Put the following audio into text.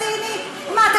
לנו יש תוכנית, קוראים